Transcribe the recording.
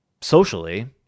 socially